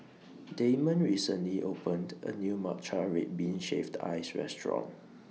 Damon recently opened A New Matcha Red Bean Shaved Ice Restaurant